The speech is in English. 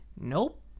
Nope